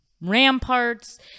ramparts